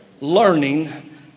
Learning